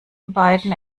beiden